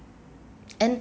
and